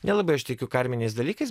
nelabai aš tikiu karminiais dalykais